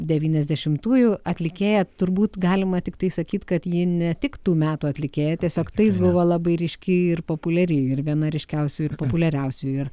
devyniasdešimųjų atlikėja turbūt galima tiktai sakyt kad ji ne tik tų metų atlikėja tiesiog tais buvo labai ryški ir populiari ir viena ryškiausių ir populiariausių ir